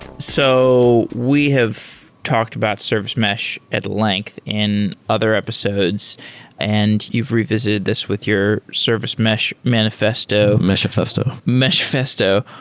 so we have talked about service mesh at length in other episodes and you've revisited this with your service mesh manifesto meshafesto meshafesto.